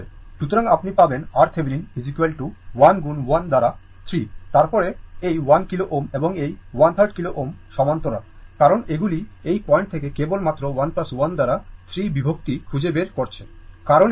সুতরাং আপনি পাবেন RThevenin 1 গুণ 1 দ্বারা 3 তারপরে এই 1 kilo Ω এবং 1 3য় kilo Ω সমান্তরাল কারণ এগুলি এই পয়েন্ট থেকে কেবল মাত্র 1 1 দ্বারা 3 বিভক্ত খুঁজে বের করছে